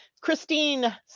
Christine